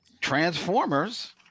Transformers